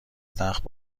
تخت